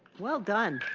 well done.